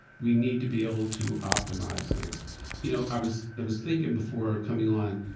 we need to be able to optimize things you know i was was thinking before coming on,